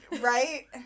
Right